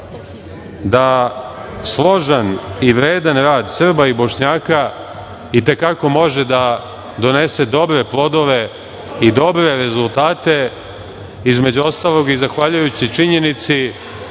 da složan i vredan rad Srba i Bošnjaka i te kako može da donese dobre plodove i dobre rezultate, između ostalog i zahvaljujući činjenici